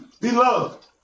beloved